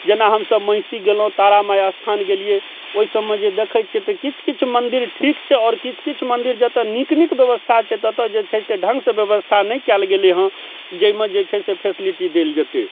जेना हमसब महिषी गेलहुँ तारा माय स्थान गेलियै ओइसब मे जे देखै छै तऽ किछु किछु मन्दिर ठीक छै आओर किछु किछु मन्दिर जतऽ नीक नीक व्यवस्था छै ततऽ जे छै से ढङ्गसँ व्यवस्था नहि कयल गेलै हँ जाहिमे जे छै से फैसलिटी देल जेतै